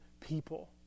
people